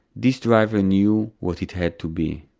this driver knew what it had to be